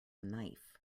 knife